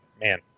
man